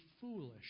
foolish